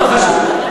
לא חשוב.